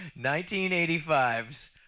1985's